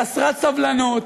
חסרת סבלנות,